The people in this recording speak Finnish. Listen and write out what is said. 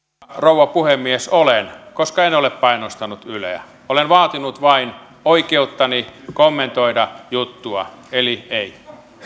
rouva puhemies olen koska en ole painostanut yleä olen vaatinut vain oikeuttani kommentoida juttua eli ei